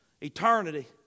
eternity